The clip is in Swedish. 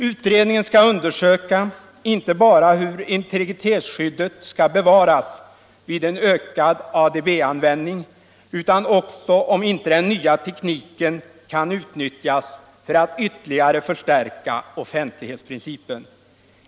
Utredningen skall undersöka inte bara hur integritetsskyddet skall bevaras vid en ökad ADB-användning utan också om inte den nya tekniken kan utnyttjas för att ytterligare förstärka offentlighetsprincipen.